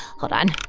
hold on.